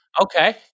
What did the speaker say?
Okay